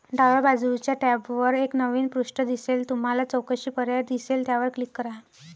डाव्या बाजूच्या टॅबवर एक नवीन पृष्ठ दिसेल तुम्हाला चौकशी पर्याय दिसेल त्यावर क्लिक करा